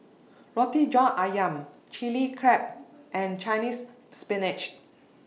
Roti John Ayam Chili Crab and Chinese Spinach